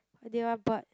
bought